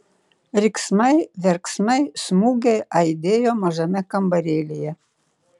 riksmai verksmai smūgiai aidėjo mažame kambarėlyje